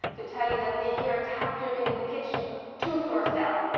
to tell you that they hear a tap dripping in the kitchen two floors down.